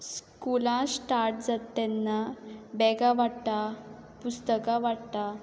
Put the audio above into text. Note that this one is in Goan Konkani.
स्कुलां स्टार्ट जाता तेन्ना बॅगां वांट्टा पुस्तकां वांट्टा